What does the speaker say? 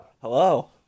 Hello